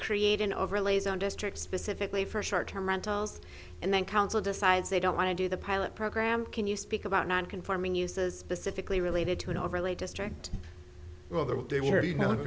create an overlay zone district specifically for short term rentals and then council decides they don't want to do the pilot program can you speak about non conforming uses specifically related to an overlay district well they're what they were you know